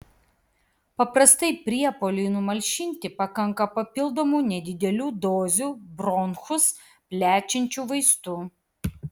paprastai priepuoliui numalšinti pakanka papildomų nedidelių dozių bronchus plečiančių vaistų